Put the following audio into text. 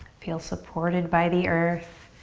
feel supported by the earth.